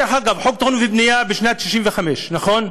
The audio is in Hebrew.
דרך אגב, חוק התכנון והבנייה משנת 1965, נכון?